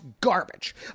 garbage